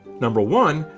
number one,